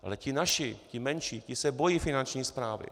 Ale ti naši, ti menší, ti se bojí Finanční správy.